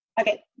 Okay